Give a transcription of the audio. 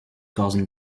causing